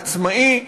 עצמאי,